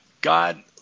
God